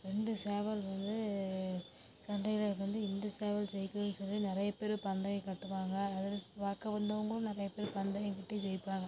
ரெண்டு சேவல் வந்து சண்டையில வந்து எந்த சேவல் ஜெயிக்குதுனு சொல்லி நிறைய பேர் பந்தயம் கட்டுவாங்க அதில் பார்க்க வந்தவங்களும் நிறைய பேர் பந்தயம் கட்டி ஜெயிப்பாங்க